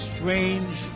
Strange